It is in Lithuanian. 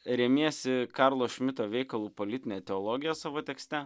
remiesi karlo šmito veikalu politinė teologija savo tekste